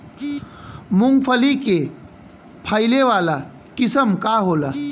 मूँगफली के फैले वाला किस्म का होला?